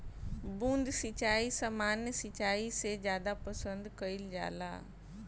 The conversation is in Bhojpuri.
बूंद सिंचाई सामान्य सिंचाई से ज्यादा पसंद कईल जाला